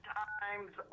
times